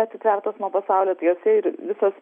atitvertos nuo pasaulio tai jose ir visos